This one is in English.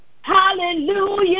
hallelujah